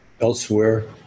elsewhere